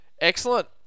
Excellent